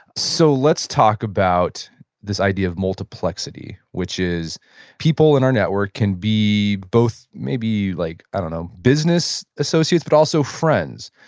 so let's talk about this idea of multiplexity which is people in our network can be both maybe like and business associates but also friends.